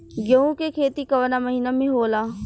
गेहूँ के खेती कवना महीना में होला?